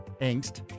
angst